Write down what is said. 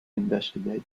investigated